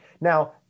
Now